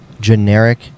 generic